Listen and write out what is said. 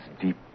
deep